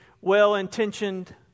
well-intentioned